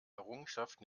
errungenschaft